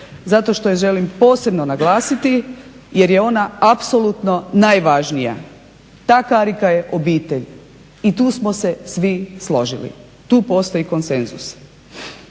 zato što je želim posebno naglasiti jer je ona apsolutno najvažnija. Ta karika je obitelj i tu smo se svi složili, tu postoji konsenzus.